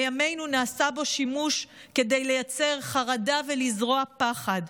בימינו נעשה בו שימוש כדי לייצר חרדה ולזרוע פחד.